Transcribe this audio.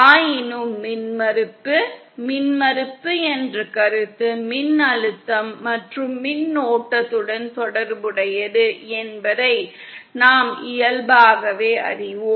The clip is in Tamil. ஆயினும் மின்மறுப்பு என்ற கருத்து மின்னழுத்தம் மற்றும் மின்னோட்டத்துடன் தொடர்புடையது என்பதை நாம் இயல்பாகவே அறிவோம்